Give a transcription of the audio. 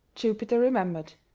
jupiter remembered.